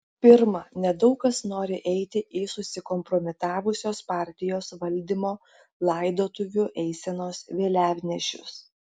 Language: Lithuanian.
pirma nedaug kas nori eiti į susikompromitavusios partijos valdymo laidotuvių eisenos vėliavnešius